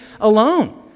alone